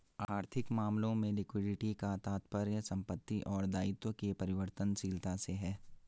आर्थिक मामलों में लिक्विडिटी का तात्पर्य संपत्ति और दायित्व के परिवर्तनशीलता से है